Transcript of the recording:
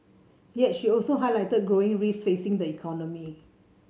yet she also highlighted growing risks facing the economy